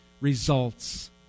results